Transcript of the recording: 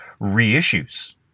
reissues